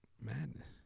Madness